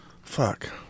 fuck